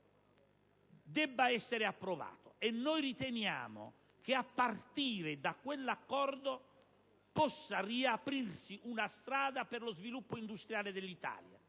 dovesse essere approvato, e noi riteniamo che, a partire da quell'accordo, possa riaprirsi una strada per lo sviluppo industriale dell'Italia.